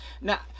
Now